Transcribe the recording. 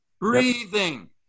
breathing